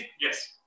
Yes